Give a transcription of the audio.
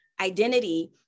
identity